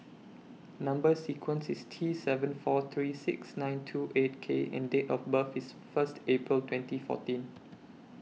Number sequence IS T seven four three six nine two eight K and Date of birth IS First April twenty fourteen